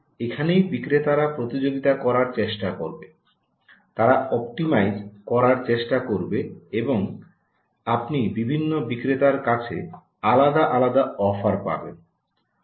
এখানেই বিক্রেতারা প্রতিযোগিতা করার চেষ্টা করবে তারা অপটিমাইজ করার চেষ্টা করবে এবং আপনি বিভিন্ন বিক্রেতার কাছ থেকে আলাদা আলাদা অফার পাবেন